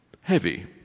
heavy